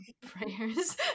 prayers